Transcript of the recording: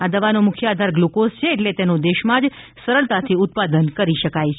આ દવાનો મુખ્ય આધાર ગ્લુકોઝ છે એટલે તેનો દેશમાં જ સરળતાથી ઉત્પાદન કરી શકાય છે